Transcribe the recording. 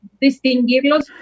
distinguirlos